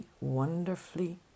wonderfully